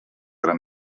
era